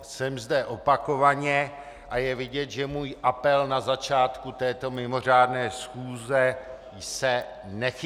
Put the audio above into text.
Jsem zde opakovaně a je vidět, že můj apel na začátku této mimořádné schůze se nechytil.